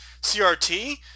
CRT